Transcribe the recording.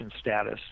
status